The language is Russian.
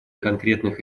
конкретных